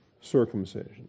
circumcision